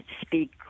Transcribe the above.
speak